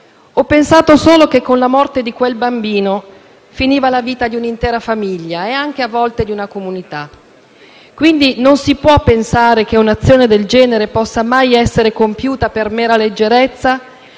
ho pensato solo che con la morte di quel bambino finiva la vita di un'intera famiglia e anche, a volte, di una comunità. Non si può pensare che un'azione del genere possa mai essere compiuta per mera leggerezza,